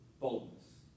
boldness